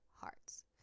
hearts